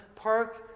park